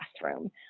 classroom